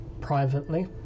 privately